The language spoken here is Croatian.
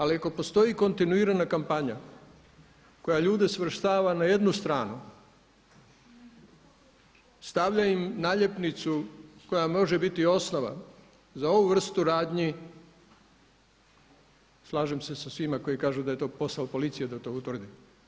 Ali ako postoji kontinuirana kampanja koja ljude svrstava na jednu stranu, stavlja im naljepnicu koja može biti osnova za ovu vrstu radnji slažem se sa svima koji kažu da je to posao policije da to utvrdi.